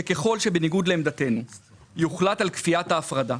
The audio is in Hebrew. שככל שבניגוד לעמדתנו יוחלט על כפיית ההפרדה,